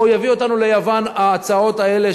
או יביאו אותנו ליוון ההצעות האלה,